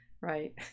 Right